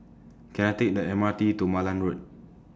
Can I Take The M R T to Malan Road